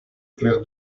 clair